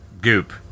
goop